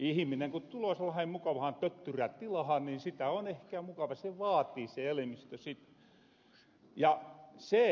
ihminen ku tuloo sellaseen mukavahan töttyrätilahan niin sitä on ehkä mukava se vaatii se elimistö sitä